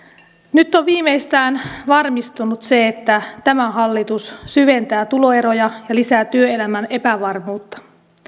nyt on viimeistään varmistunut se että tämä hallitus syventää tuloeroja ja lisää työelämän epävarmuutta